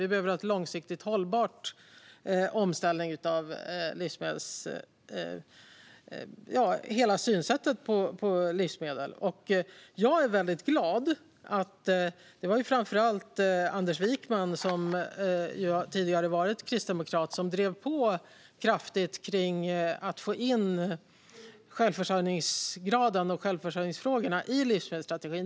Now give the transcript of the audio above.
Vi behöver en långsiktigt hållbar omställning av hela synsättet på livsmedel. Jag är glad att framför allt Anders Wijkman, som tidigare varit kristdemokrat, drev på kraftigt för att få in självförsörjningsgraden och självförsörjningsfrågorna i livsmedelsstrategin.